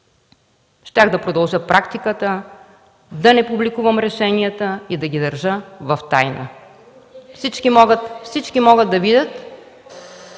щях да продължа практиката да не публикувам решенията и да ги държа в тайна. Всички обаче могат да видят